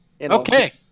Okay